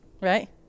right